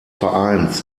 vereins